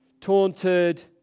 taunted